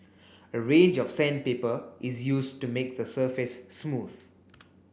a range of sandpaper is used to make the surface smooth